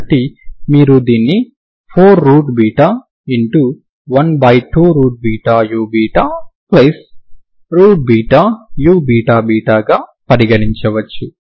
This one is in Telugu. కాబట్టి మీరు దీన్ని 412uuββగా పరిగణించవచ్చు